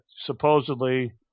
supposedly